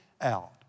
out